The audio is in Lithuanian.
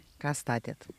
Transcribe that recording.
ką statėt